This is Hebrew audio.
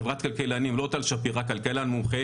חברת כלכלנים לא טל שפירא אלא כלכלן מומחה